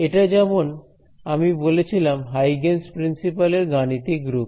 এটা যেমন আমি বলেছিলাম হাইগেনস প্রিন্সিপাল এর গাণিতিক রূপ